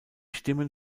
stimmen